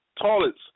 toilets